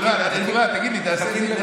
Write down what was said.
תגיד לי, תעשה לי.